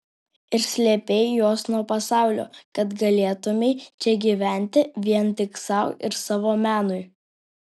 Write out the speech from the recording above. ir slėpei juos nuo pasaulio kad galėtumei čia gyventi vien tik sau ir savo menui